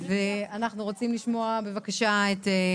אנחנו רוצים לשמוע את ההסבר,